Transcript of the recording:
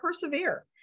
persevere